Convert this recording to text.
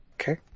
Okay